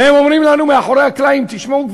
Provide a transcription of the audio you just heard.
והם אומרים לנו מאחורי הקלעים: תשמעו,